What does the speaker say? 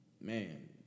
man